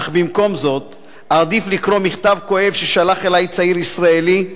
אך במקום זאת אעדיף לקרוא מכתב כואב ששלח אלי צעיר ישראלי,